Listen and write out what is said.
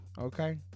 Okay